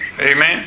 Amen